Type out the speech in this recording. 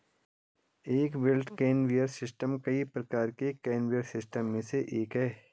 एक belt conveyor system कई प्रकार के कन्वेयर सिस्टम में से एक है